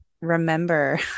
remember